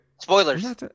Spoilers